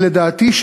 לדעתי,